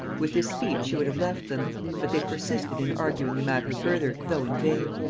with this speech she would have left them but they persisted in arguing the matter further, though in vain.